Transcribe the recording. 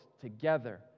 together